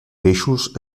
peixos